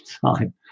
time